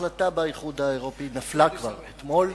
ההחלטה באיחוד האירופי נפלה כבר אתמול,